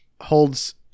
holds